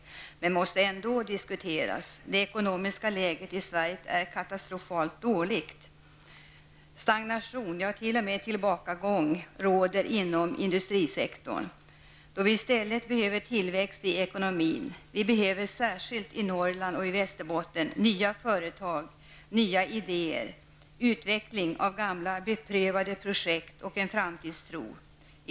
Men de måste ändå diskuteras. Det ekonomiska läget i Sverige är katastrofalt dåligt. Stagnation, ja, t.o.m. tillbakagång råder inom industrisektorn, och detta i ett läge där det i stället behövs en tillväxt i ekonomin. Särskilt i Norrland, t.ex. i Västerbotten, behövs det nya företag, nya idéer, en utveckling av gamla beprövade projekt och en framtidstro.